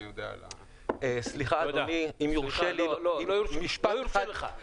סליחה, אם יורשה לי משפט אחד.